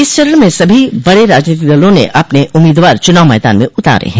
इस चरण में सभी बडे राजनीतिक दलों ने अपने उम्मीदवार चूनाव मैंदान में उतारे हैं